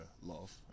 love